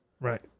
Right